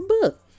book